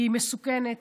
היא מסוכנת,